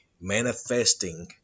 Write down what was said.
manifesting